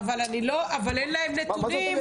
אבל אין להם נתונים.